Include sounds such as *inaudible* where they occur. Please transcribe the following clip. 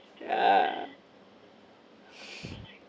yeah *noise*